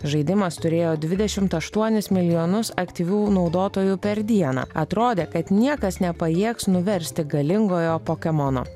žaidimas turėjo dvidešimt aštuonis milijonus aktyvių naudotojų per dieną atrodė kad niekas nepajėgs nuversti galingojo pokemono